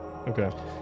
Okay